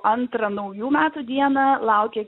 antrą naujų metų dieną laukia